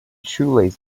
shoelace